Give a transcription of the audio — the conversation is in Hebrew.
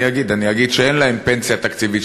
אני אגיד שאין להם פנסיה תקציבית.